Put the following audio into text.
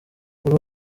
kuri